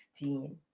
16